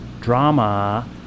drama